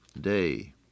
day